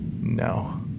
No